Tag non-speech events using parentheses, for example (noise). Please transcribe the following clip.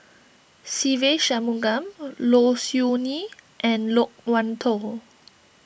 Se Ve Shanmugam (unintelligible) Low Siew Nghee and Loke Wan Tho